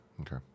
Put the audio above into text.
Okay